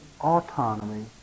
autonomy